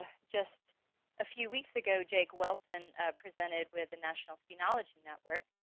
just a few weeks ago, jake weltzin presented with the national phenology network,